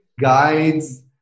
guides